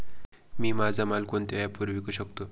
मी माझा माल कोणत्या ॲप वरुन विकू शकतो?